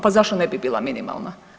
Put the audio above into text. Pa zašto ne bi bila minimalna?